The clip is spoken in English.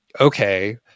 okay